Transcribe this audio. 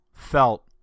Felt